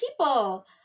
people